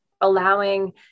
allowing